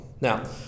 Now